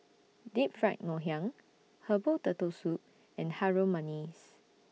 Deep Fried Ngoh Hiang Herbal Turtle Soup and Harum Manis